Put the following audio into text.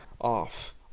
off